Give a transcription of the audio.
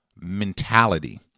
Mentality